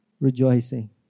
rejoicing